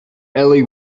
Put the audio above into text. ellie